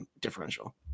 differential